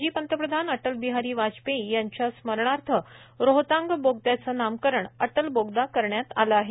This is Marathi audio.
माजी पंतप्रधान अटलबिहारी वाजपेयी यांच्या स्मरणार्थ रोहतांग बोगदयाचं नामकरण अटल बोगदा करण्यात आलं आहे